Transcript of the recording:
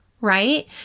right